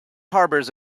harbours